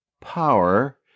power